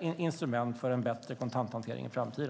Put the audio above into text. instrument för en bättre kontanthantering i framtiden.